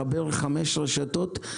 חבר חמש רשתות,